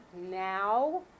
now